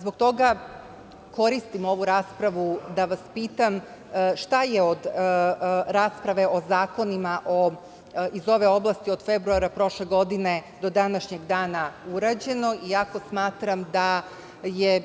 Zbog toga koristim ovu raspravu da vas pitam šta je od rasprave o zakonima iz ove oblasti od februara prošle godine do današnjeg dana urađeno, iako smatram da je